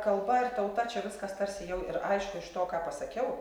kalba ir tauta čia viskas tarsi jau ir aišku iš to ką pasakiau